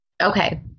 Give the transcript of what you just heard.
Okay